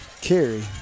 carry